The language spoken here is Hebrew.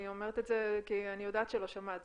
אני אומרת את זה כי אני יודעת שלא שמעת.